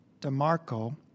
DeMarco